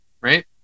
Right